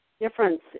difference